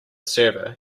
server